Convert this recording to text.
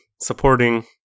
Supporting